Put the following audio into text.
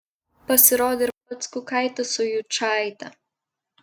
pasirodė ir pats kukaitis su jučaite